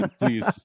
please